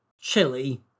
chili